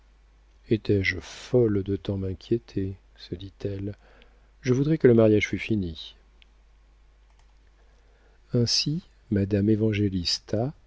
étais-je folle de tant m'inquiéter se dit-elle je voudrais que le mariage fût fini ainsi madame évangélista